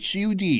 HUD